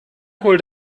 hol